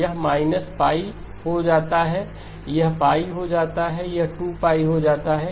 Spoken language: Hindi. यह −π हो जाता है यह π हो जाता है यह 2 हो जाता है